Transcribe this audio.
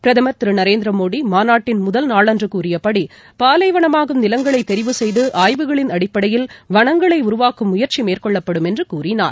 பிரதமர் திருநரேந்திரமோடி மாநாட்டின் முதல் நாளன்றுகூறியபடி பாலைவனமாகும் நிலங்களைதெரிவு செய்து ஆய்வுகளின் அடிப்படையில் வனங்களைஉருவாக்கும் முயற்சிமேற்கொள்ளப்படும் என்றுகூறினார்